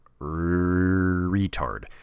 retard